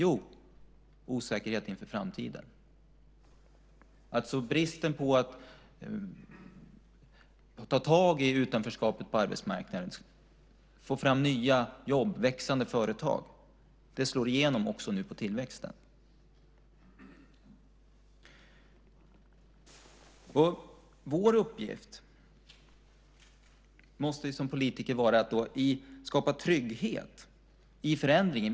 Jo, man känner osäkerhet inför framtiden. Bristen på åtgärder för att ta tag i utanförskapet på arbetsmarknaden, få fram nya jobb och växande företag, slår nu också igenom på tillväxten. Vår uppgift som politiker måste vara att skapa trygghet i förändringen.